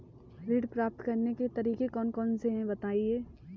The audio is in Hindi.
ऋण प्राप्त करने के तरीके कौन कौन से हैं बताएँ?